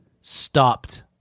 stopped